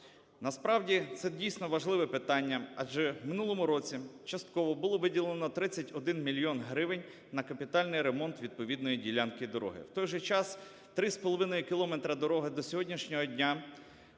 Насправді це, дійсно, важливе питання, адже в минулому році частково було виділено 31 мільйон гривень на капітальний ремонт відповідної ділянки дороги. В той же час 3,5 кілометра дороги до сьогоднішнього дня